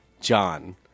John